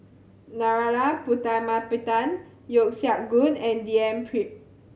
Narana Putumaippittan Yeo Siak Goon and D N Pritt